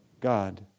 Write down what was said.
God